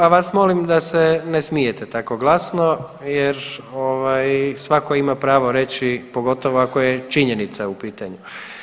A vas molim da se ne smijete tako glasno jer ovaj svako ima pravo reći pogotovo ako je činjenica u pitanju.